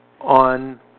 on